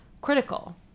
critical